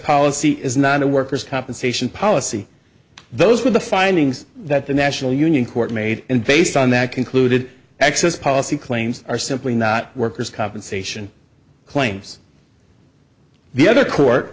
policy is not a worker's compensation policy those were the findings that the national union court made and based on that concluded access policy claims are simply not workers compensation claims the other court